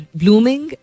blooming